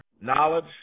knowledge